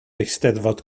eisteddfod